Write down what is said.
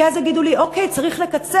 כי אז יגידו לי: אוקיי, צריך לקצץ,